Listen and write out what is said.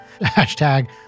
hashtag